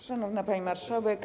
Szanowna Pani Marszałek!